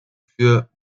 für